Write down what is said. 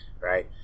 right